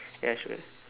ya sure